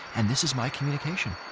and this is my communication.